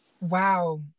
Wow